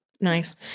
Nice